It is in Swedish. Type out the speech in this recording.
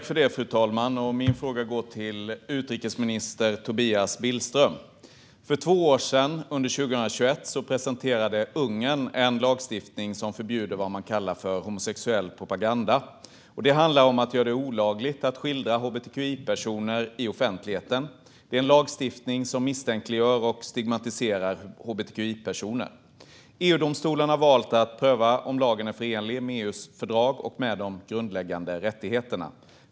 Fru talman! Min fråga går till utrikesminister Tobias Billström. För två år sedan, under 2021, presenterade Ungern en lagstiftning som förbjuder vad man kallar för homosexuell propaganda. Det handlar om att göra det olagligt att skildra hbtqi-personer i offentligheten. Det är en lagstiftning som misstänkliggör och stigmatiserar hbtqi-personer. EU-domstolen har valt att pröva om lagen är förenlig med EU:s fördrag och med de grundläggande rättigheterna.